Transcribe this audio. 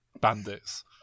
bandits